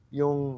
yung